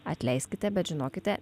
atleiskite bet žinokite